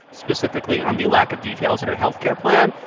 specifically on the lack of details in her health care plan.